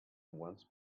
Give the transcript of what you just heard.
once